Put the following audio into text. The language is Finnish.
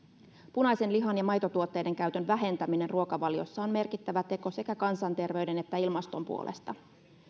punaisen lihan ja maitotuotteiden käytön vähentäminen ruokavaliossa on merkittävä teko sekä kansanterveyden että ilmaston puolesta